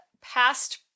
past